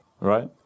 right